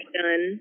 done